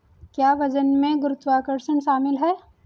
क्या वजन में गुरुत्वाकर्षण शामिल है?